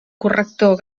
corrector